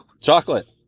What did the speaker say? Chocolate